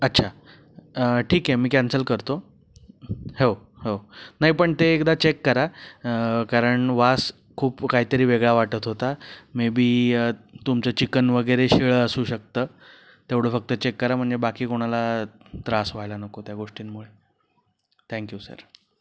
अच्छा ठीक आहे मी कॅन्सल करतो हो नाही पण ते एकदा चेक करा कारण वास खूप काहीतरी वेगळा वाटत होता मे बी तुमचं चिकन वगैरे शिळं असू शकतं तेवढं फक्त चेक करा म्हणजे बाकी कोणाला त्रास व्हायला नको त्या गोष्टींमुळे थँक्यू सर